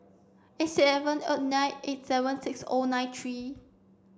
eight seven O nine eight seven six O nine three